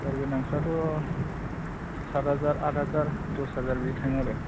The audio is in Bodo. गियारगोनांफ्राथ' सात हाजार आड हाजार दस हाजार बिदि थाङो आरो